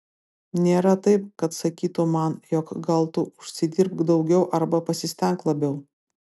nėra taip kad sakytų man jog gal tu užsidirbk daugiau arba pasistenk labiau